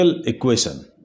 equation